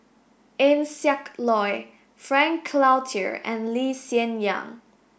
Eng Siak Loy Frank Cloutier and Lee Hsien Yang